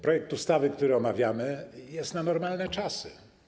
Projekt ustawy, który omawiamy, jest na normalne czasy.